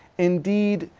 indeed,